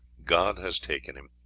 god has taken him.